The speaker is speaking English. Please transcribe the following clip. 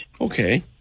Okay